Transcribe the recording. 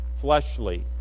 fleshly